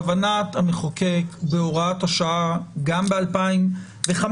כוונת המחוקק בהוראת השעה גם ב-2005,